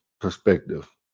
perspective